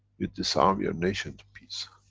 you disarm your nation to peace.